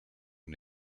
and